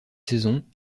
saison